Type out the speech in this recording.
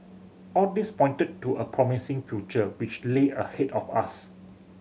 all this pointed to a promising future which lay ahead of us